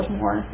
more